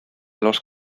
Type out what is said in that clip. los